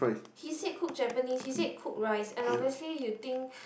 he said cook Japanese he said cook rice and obviously you think